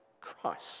Christ